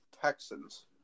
Texans